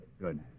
Good